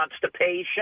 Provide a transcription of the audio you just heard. constipation